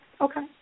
Okay